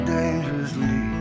dangerously